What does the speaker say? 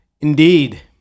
Indeed